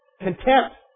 Contempt